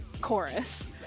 chorus